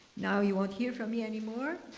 now you won't hear from me anymore.